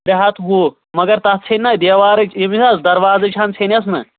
ترٛےٚ ہَتھ وُہ مَگر تَتھ ژھیٚںٛنا دیوارٕچ ییٚمِچ حظ دروازٕچ ہن ژھیٚنِس نہ